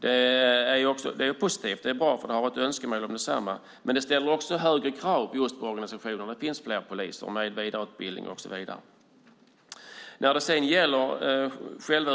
vilket är positivt och bra. Det har funnits önskemål om detsamma. Men det ställer också högre krav på organisationen angående vidareutbildning och så vidare när det finns fler poliser.